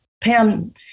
Pam